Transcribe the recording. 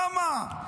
כמה?